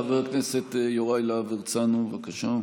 חבר הכנסת יוראי להב הרצנו, בבקשה.